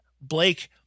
Blake